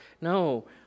No